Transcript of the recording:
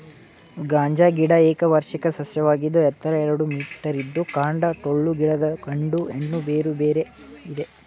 ಗಾಂಜಾ ಗಿಡ ಏಕವಾರ್ಷಿಕ ಸಸ್ಯವಾಗಿದ್ದು ಎತ್ತರ ಎರಡು ಮೀಟರಿದ್ದು ಕಾಂಡ ಟೊಳ್ಳು ಗಿಡದಲ್ಲಿ ಗಂಡು ಹೆಣ್ಣು ಬೇರೆ ಬೇರೆ ಇದೆ